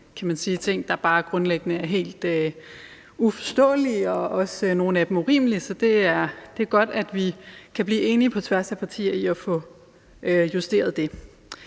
kan man sige, ting, der bare grundlæggende er helt uforståelige eller for nogles vedkommende urimelige, så det er godt, at vi kan blive enige på tværs af partierne om at få justeret det.